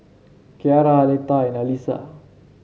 Cierra Aletha and Alisa